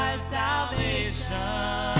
salvation